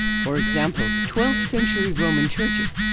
for example, twelfth century roman churches,